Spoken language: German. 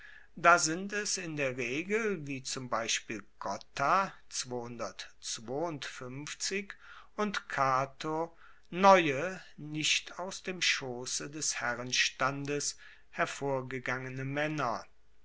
da sind es in der regel wie zum beispiel cotta und cato neue nicht aus dem schosse des herrenstandes hervorgegangene maenner